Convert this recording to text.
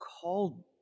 called